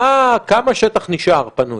כמה שטח נשאר פנוי?